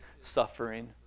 suffering